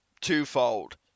twofold